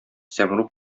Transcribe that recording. сәмруг